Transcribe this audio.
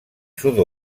sud